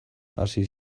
hasi